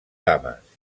dames